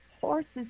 horses